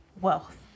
wealth